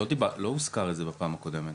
לא הוזכר את זה בפעם הקודמת.